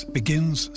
begins